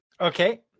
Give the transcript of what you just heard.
Okay